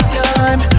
time